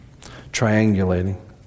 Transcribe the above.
Triangulating